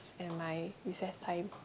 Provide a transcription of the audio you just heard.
and my recess time